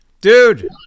Dude